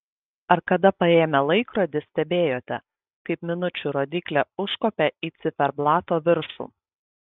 ar kada paėmę laikrodį stebėjote kaip minučių rodyklė užkopia į ciferblato viršų